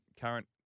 current